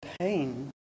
pain